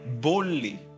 boldly